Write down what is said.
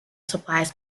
supplies